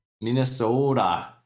Minnesota